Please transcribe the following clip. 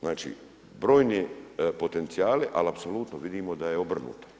Znači, brojni potencijali ali apsolutno vidimo da je obrnuto.